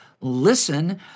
listen